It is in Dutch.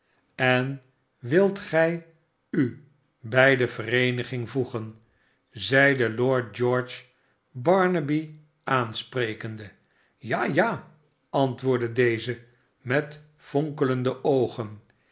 en wilt gij u bij de vereeniging voegen zeide lord george barnaby aansprekende ja ja antwoordde deze met fonkelende oogen